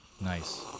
nice